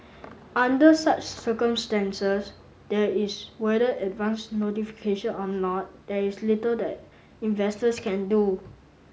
under such circumstances there is whether advance notification or not there is little that investors can do